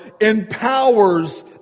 empowers